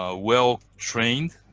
ah well trained